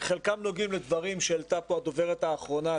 חלקם נוגעים לדברים שהעלתה פה הדוברת האחרונה,